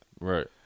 Right